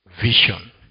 vision